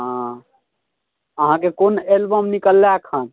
हँ अहाँकेँ कोन एलबम निकललै अखन